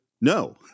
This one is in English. No